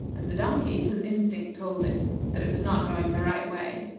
and the donkey, whose instinct told it that it was not going the right way,